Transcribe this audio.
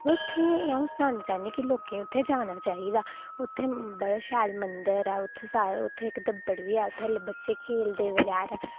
बा उत्थें अं'ऊ सनाना चाह्न्नी कि लोकें उत्थै जाना चाहिदा उत्थै बड़ा शैल मंदर ऐ उत्थै सारें उत्थै इक्क दब्बड़ बी ऐ उत्थै बच्चे खेढदे बगैरा